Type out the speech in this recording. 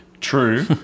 True